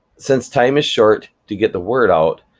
since time is short to get the word out,